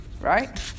Right